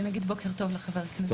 אני אומר בוקר טוב לחבר הכנסת אוסמה סעדי.